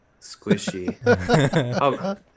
squishy